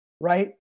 right